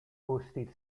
boasted